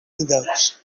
نداشت